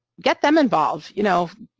get them involved, you know,